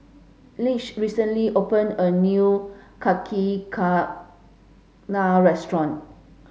Leigh recently opened a new Yakizakana restaurant